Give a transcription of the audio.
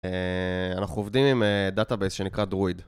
אנחנו עובדים עם דאטאבס שנקרא דרויד